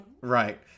Right